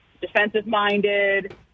defensive-minded